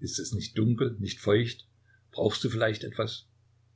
ist es nicht dunkel nicht feucht brauchst du vielleicht etwas